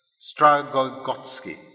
Stragogotsky